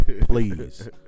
Please